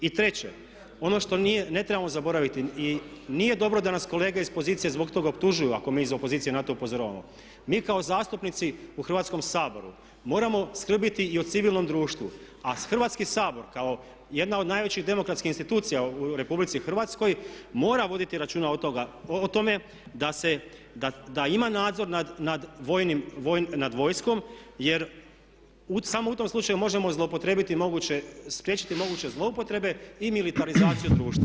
I treće, ono što ne trebamo zaboraviti i nije dobro da nas kolege iz pozicije zbog toga optužuju ako mi iz opozicije na to upozoravamo, mi kao zastupnici u Hrvatskom saboru moramo skrbiti i o civilnom društvu, a Hrvatski sabor kao jedna od najvećih demokratskih institucija u RH mora voditi računa o tome da ima nadzor nad vojskom jer samo u tom slučaju možemo spriječiti moguće zlouporabe i militarizaciju društva.